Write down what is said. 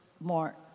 more